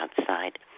outside